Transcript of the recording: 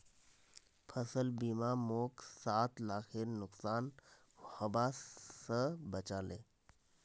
फसल बीमा मोक सात लाखेर नुकसान हबा स बचा ले